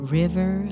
river